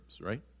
right